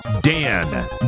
Dan